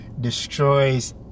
destroys